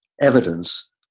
evidence